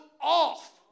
off